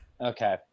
okay